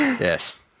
Yes